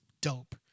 dope